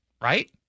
right